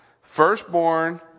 Firstborn